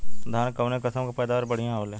धान क कऊन कसमक पैदावार बढ़िया होले?